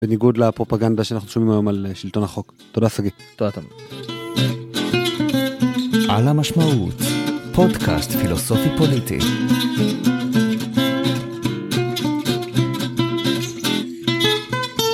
בניגוד לפרופגנדה שאנחנו שומעים היום על שלטון החוק תודה סגי תודה תודה. על המשמעות, פודקאסט פילוסופי פוליטי.